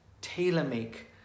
tailor-make